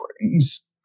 Springs